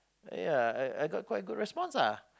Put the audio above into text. ya I I got quite a good response ah